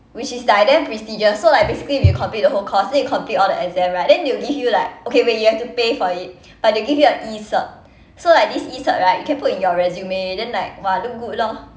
which is like damn prestigious so like basically we complete the whole course then you complete all the exam right then they give you like okay wait you have to pay for it but they'll give you an E-cert so like this E-cert right you can put in your resume then like !wah! look good lor